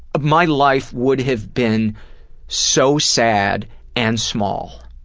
my life would have been so sad and small.